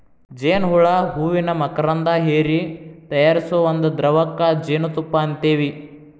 ಜೇನ ಹುಳಾ ಹೂವಿನ ಮಕರಂದಾ ಹೇರಿ ತಯಾರಿಸು ಒಂದ ದ್ರವಕ್ಕ ಜೇನುತುಪ್ಪಾ ಅಂತೆವಿ